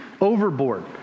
overboard